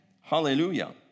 hallelujah